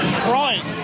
crying